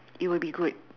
it will be good